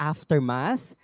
Aftermath